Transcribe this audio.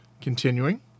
Continuing